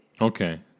Okay